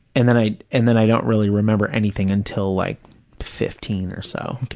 and then i and then i don't really remember anything until like fifteen or so.